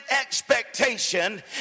expectation